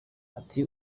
ati